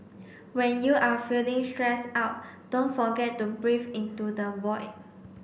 when you are feeling stressed out don't forget to breathe into the void